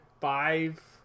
five